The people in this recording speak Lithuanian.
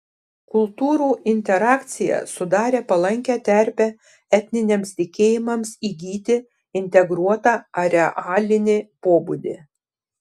kultūrų interakcija sudarė palankią terpę etniniams tikėjimams įgyti integruotą arealinį pobūdį